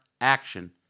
action